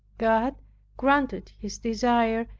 god granted his desire,